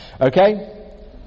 okay